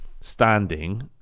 standing